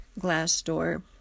Glassdoor